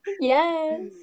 Yes